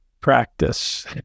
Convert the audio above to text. practice